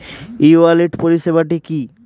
ই wallet পরিষেবাটি কি?